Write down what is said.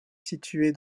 situé